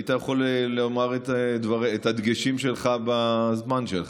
היית יכול לומר את הדגשים שלך בזמן שלך.